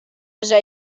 usa